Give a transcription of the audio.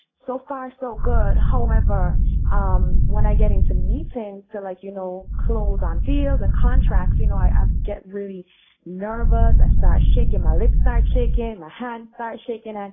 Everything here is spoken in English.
so far so good however um when i get in some things to like you know close on deals and contracts, you know i ah um get really nervous. i start shaking, my lips start shaking, my hands start shaking, ah